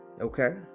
Okay